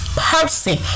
person